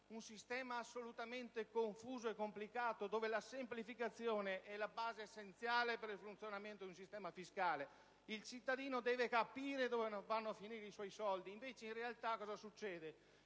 un sistema assolutamente confuso e complicato, mentre la semplificazione è la base essenziale per il funzionamento di un sistema fiscale. Il cittadino deve capire dove vanno a finire i suoi soldi; invece i soldi continueranno